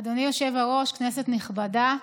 אדוני היושב-ראש, כנסת נכבדה,